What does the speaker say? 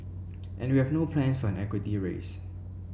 and we have no plans for an equity raise